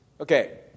Okay